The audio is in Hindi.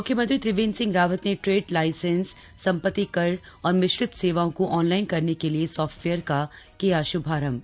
मुख्यमंत्री त्रिवेंद्र सिंह रावत ने ट्रेड लाइसेंस संपत्ति कर और मिश्रित सेवाओं को ऑनलाइन करने के लिए सॉफ्टवेयर का किया श्भारंभ